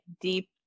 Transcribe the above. deep